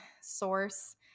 source